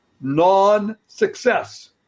non-success